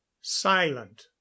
silent